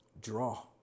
Draw